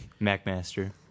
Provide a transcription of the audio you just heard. MacMaster